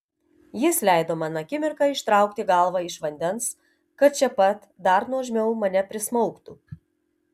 jis leido man akimirką ištraukti galvą iš vandens kad čia pat dar nuožmiau mane prismaugtų